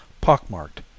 pockmarked